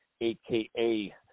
AKA